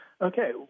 Okay